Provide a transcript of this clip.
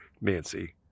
Nancy